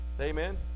amen